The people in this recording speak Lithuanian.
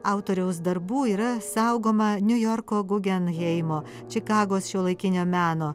autoriaus darbų yra saugoma niujorko gugenheimo čikagos šiuolaikinio meno